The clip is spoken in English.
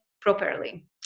properly